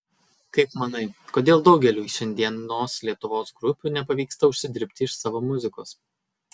kaip manai kodėl daugeliui šiandienos lietuvos grupių nepavyksta užsidirbti iš savo muzikos